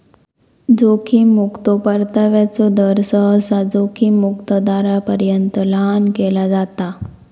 जोखीम मुक्तो परताव्याचो दर, सहसा जोखीम मुक्त दरापर्यंत लहान केला जाता